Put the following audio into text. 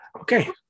Okay